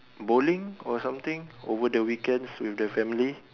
bowling or something over the weekends with the family